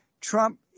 Trump